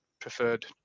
preferred